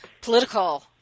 political